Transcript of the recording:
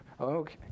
Okay